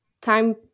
time